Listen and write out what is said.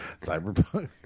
Cyberpunk